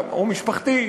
או משפחתי,